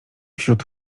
wśród